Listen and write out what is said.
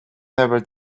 never